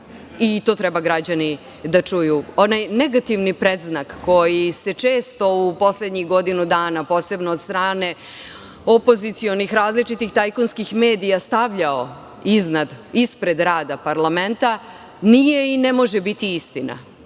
i to treba građani da čuju. Onaj negativni predznak koji se često u poslednjih godinu dana, posebno od strane opozicionih različitih tajkunskih medija stavljao ispred rada parlamenta nije i ne može biti istina.